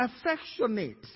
affectionate